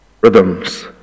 rhythms